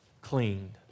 cleaned